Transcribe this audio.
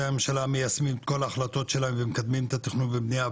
הממשלה מיישמים את כל ההחלטות שלהם ומקדמים את התכנון ובנייה,